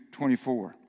24